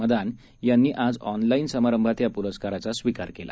मदान यांनी आज ऑनलाईन समारंभात या प्रस्काराचा स्वीकार केला